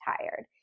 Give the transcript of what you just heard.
tired